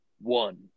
one